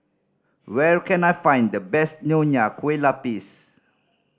where can I find the best Nonya Kueh Lapis